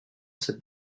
cette